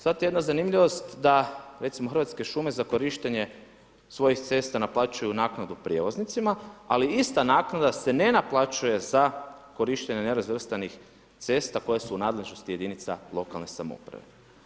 Sad jedna zanimljivost da recimo Hrvatske šume za korištenje svojih cesta naplaćuju naknadu prijevoznicima ali ista naknada se ne naplaćuje za korištenje nerazvrstanih cesta koje su u nadležnosti jedinica lokalne samouprave.